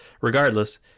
Regardless